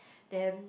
then